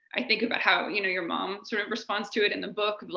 i think about how, you know, your mom sort of responds to it in the book, but